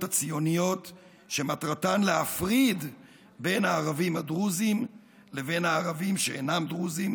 הציוניות שמטרתן להפריד בין הערבים הדרוזים לבין הערבים שאינם דרוזים